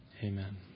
Amen